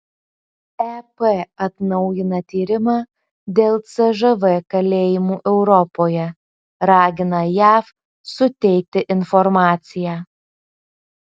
ep atnaujina tyrimą dėl cžv kalėjimų europoje ragina jav suteikti informaciją